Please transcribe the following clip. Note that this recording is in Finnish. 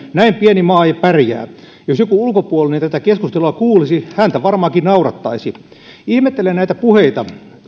näin pieni maa ei pärjää jos joku ulkopuolinen tätä keskustelua kuulisi häntä varmaankin naurattaisi ihmettelen näitä puheita